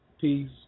peace